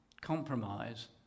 compromise